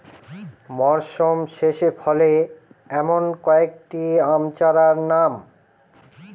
মরশুম শেষে ফলে এমন কয়েক টি আম চারার নাম?